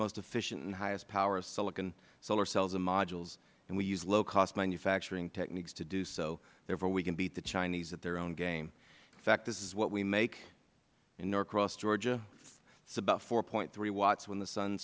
most efficient and highest power silicon solar cells and modules and we use low cost and manufacturing techniques to do so therefore we can beat the chinese at their own game in fact this is what we make in norcross georgia it is about four point three watts when the sun